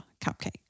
cupcake